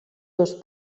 dos